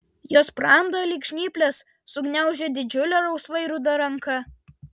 jo sprandą lyg žnyplės sugniaužė didžiulė rausvai ruda ranka